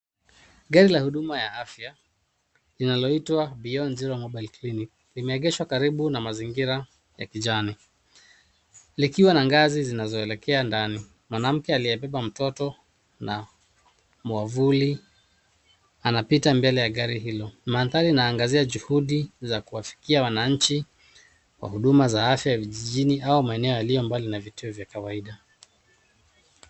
Gari la huduma ya afya linaloitwa Beyond Zero Mobile Clinic limeegeshwa karibu na mazingira ya kijani ,likiwa na ngazi zinazoelekea ndani. Mwanamke aliyebeba mtoto na mwavuli anapita mbele ya gari hilo. Mandhari inaangazia juhudi za kuwafikia wananchi kwa huduma za afya ya vijijini au maeneo yaliyo mbali na vituo vya kawaida.